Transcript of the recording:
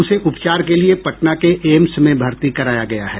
उसे उपचार के लिए पटना के एम्स में भर्ती कराया गया है